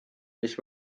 mis